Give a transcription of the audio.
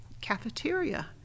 cafeteria